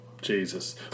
Jesus